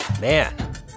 Man